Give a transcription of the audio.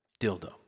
Dildo